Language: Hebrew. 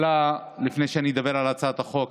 לפני שאני אדבר על הצעת החוק,